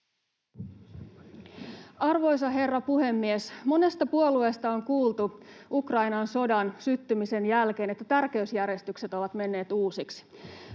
Arvoisa herra puhemies! Monesta puolueesta on kuultu Ukrainan sodan syttymisen jälkeen, että tärkeysjärjestykset ovat menneet uusiksi.